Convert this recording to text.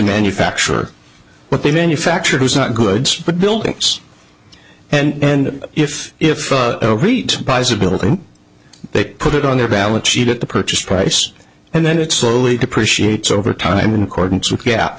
manufacturer but they manufacture who's not goods but buildings and if if great buys a building they put it on their balance sheet at the purchase price and then it slowly depreciates over time and according to gap